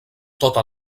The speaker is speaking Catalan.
tota